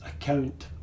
account